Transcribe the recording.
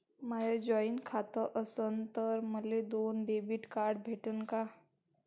माय joint खातं असन तर मले दोन डेबिट कार्ड भेटन का?